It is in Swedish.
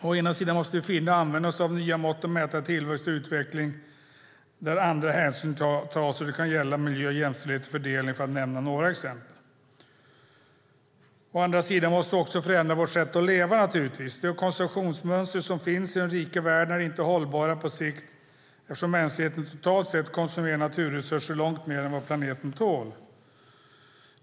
Å ena sidan måste vi finna och använda oss av nya mått att mäta tillväxt och utveckling där andra hänsyn tas. Det kan gälla miljö, jämställdhet och fördelning, för att nämna några exempel. Å andra sidan måste vi också förändra vårt sätt att leva. De konsumtionsmönster som finns i den rika världen är inte hållbara på sikt eftersom mänskligheten totalt sett konsumerar naturresurser långt mer än vad planeten tål.